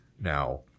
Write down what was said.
now